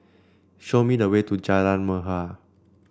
show me the way to Jalan Mahir